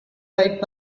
right